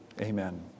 Amen